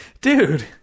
Dude